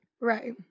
Right